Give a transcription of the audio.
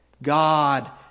God